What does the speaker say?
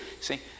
See